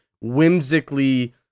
whimsically